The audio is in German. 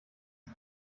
die